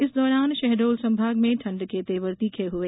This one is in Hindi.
इस दौरान शहडोल संभाग में ठंड के तेवर तीखे हुए